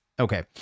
Okay